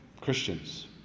Christians